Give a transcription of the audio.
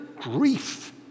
grief